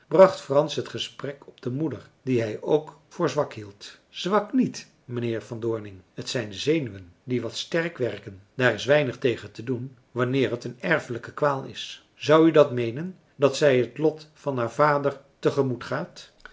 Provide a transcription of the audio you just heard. bracht frans het gesprek op de moeder die hij ook voor zwak hield zwak niet mijnheer van doorning het zijn de zenuwen die wat sterk werken daar is weinig tegen te doen wanneer het een erfelijke kwaal is zou u dan meenen dat zij het lot van haar vader te gemoet gaat